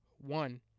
one